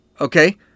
okay